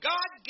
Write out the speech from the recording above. God